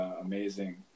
amazing